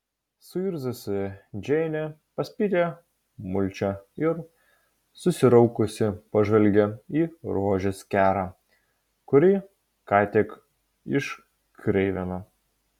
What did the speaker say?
suirzusi džeinė paspyrė mulčią ir susiraukusi pažvelgė į rožės kerą kurį ką tik iškreivino